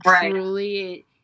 truly